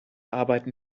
arbeiten